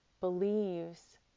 believes